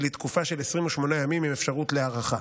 היא לתקופה של 28 ימים עם אפשרות להארכה.